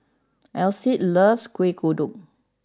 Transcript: Alcide loves Kueh Kodok